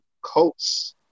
Colts